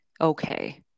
okay